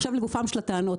עכשיו לגופן של הטענות.